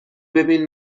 ببین